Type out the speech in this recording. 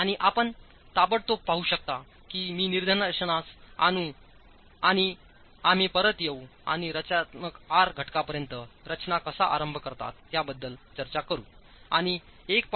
आणि आपण ताबडतोब पाहू शकता की मी निदर्शनास आणू आणि आम्ही परत येऊ आणि रचनात्मक आर घटकांपर्यंत रचना कसा आरंभ करतातयाबद्दल चर्चाकरू आणि 1